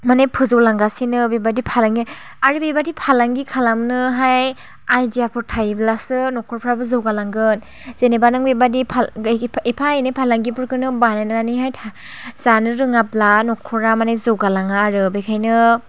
माने फोजौ लांगासिनो बेबादि फालांगि आरो बेबादि फालांगि खालामनोहाय आइदियाफोर थायोब्लासो नखरफ्राबो जौगालांगोन जेनेबा नों बेबादि फाल एफा एनै फालांगिफोरखौनो बानायनानैहाय था जानो रोङाब्ला नखरा माने जौगालाङा आरो बेखायनो